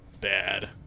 bad